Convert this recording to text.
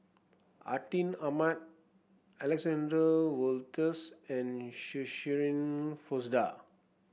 Atin Amat Alexander Wolters and Shirin Fozdar